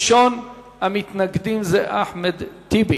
ראשון המתנגדים הוא אחמד טיבי.